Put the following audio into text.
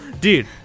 Dude